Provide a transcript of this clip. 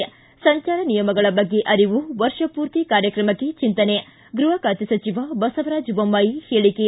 ಿ ಸಂಚಾರ ನಿಯಮಗಳ ಬಗ್ಗೆ ಅರಿವು ವರ್ಷ ಪೂರ್ತಿ ಕಾರ್ಯಕ್ರಮಕ್ಕೆ ಚಿಂತನೆ ಗೃಹ ಖಾತೆ ಸಚಿವ ಬಸವರಾಜ್ ಬೊಮ್ಮಾಯಿ ಹೇಳಿಕೆ